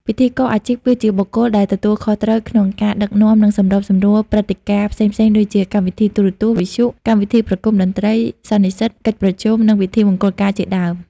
ពិធីករអាជីព គឺជាបុគ្គលដែលទទួលខុសត្រូវក្នុងការដឹកនាំ និងសម្របសម្រួលព្រឹត្តិការណ៍ផ្សេងៗដូចជា កម្មវិធីទូរទស្សន៍ វិទ្យុ កម្មវិធីប្រគំតន្ត្រី សន្និសីទ កិច្ចប្រជុំ ឬពិធីមង្គលការជាដើម។